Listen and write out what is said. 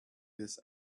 this